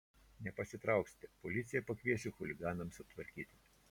nepasitrauksite policiją pakviesiu chuliganams aptvarkyti